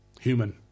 human